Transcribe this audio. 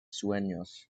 sueños